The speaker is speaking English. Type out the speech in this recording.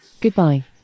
Goodbye